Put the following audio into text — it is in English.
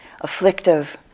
afflictive